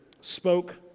spoke